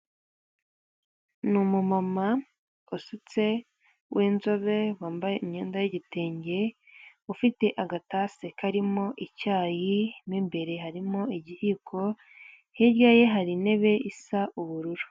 Ni umumama usutse w'inzobe wambaye imyenda y'igitenge, ufite agatase karimo icyayi, mu imbere harimo igihiko, hirya ye hari intebe isa ubururu.